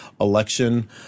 election